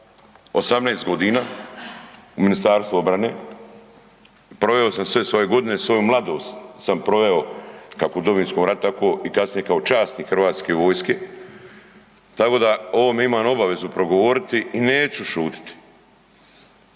18 g. u MORH-u, proveo sam sve svoje godine, svoju mladost sam proveo kako u Domovinskom ratu tako i kasnije kao časnik hrvatske vojske tako da o ovome imam obvezu progovoriti i neću šutiti.